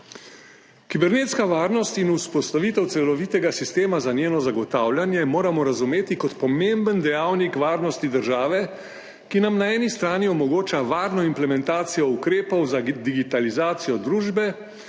Kibernetsko varnost in vzpostavitev celovitega sistema za njeno zagotavljanje moramo razumeti kot pomemben dejavnik varnosti države, ki nam na eni strani omogoča varno implementacijo ukrepov za digitalizacijo družbe